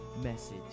message